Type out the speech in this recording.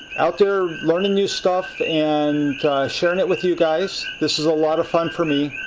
out there learning new stuff and sharing it with you guys. this is a lot of fun for me.